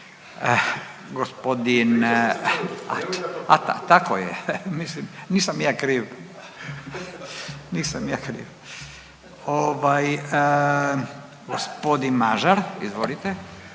Gospodin, a tako je mislim nisam ja kriv. Nisam ja kriv. Ovaj, gospodin Mažar izvolite.